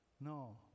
No